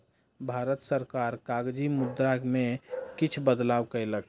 भारत सरकार कागजी मुद्रा में किछ बदलाव कयलक